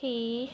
ਹੀ